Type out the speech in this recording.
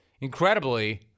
Incredibly